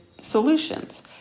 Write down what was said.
solutions